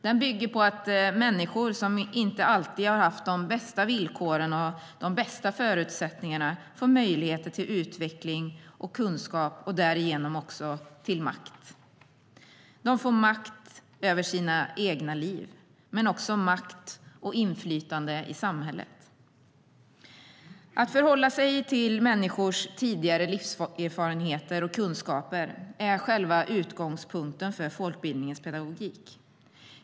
Den bygger på att människor som inte alltid har haft de bästa villkoren och förutsättningarna får möjligheter till utveckling och kunskap och därmed också till makt. De får makt över sina egna liv men också makt och inflytande i samhället. Att förhålla sig till människors tidigare livserfarenheter och kunskaper är själva utgångspunkten för folkbildningens pedagogik.